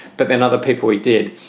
but then other people we did.